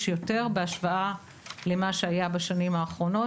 יותר בהשוואה למה שהיה בשנים האחרונות.